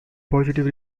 positive